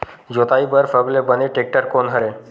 जोताई बर सबले बने टेक्टर कोन हरे?